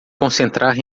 concentrar